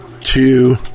Two